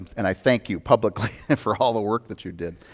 and i thank you publicly and for all the work that you did.